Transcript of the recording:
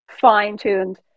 fine-tuned